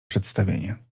przedstawienie